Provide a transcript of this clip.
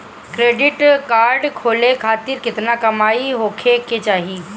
Credit card खोले खातिर केतना कमाई होखे के चाही?